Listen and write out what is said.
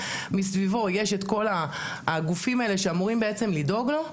מסביבו יש את כל הגופים שאמורים לדאוג לו,